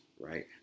right